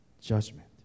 judgment